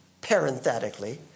parenthetically